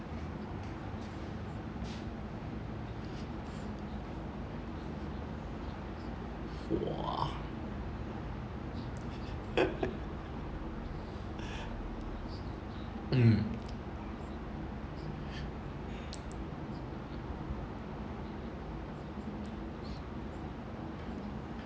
mm